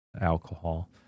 alcohol